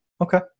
Okay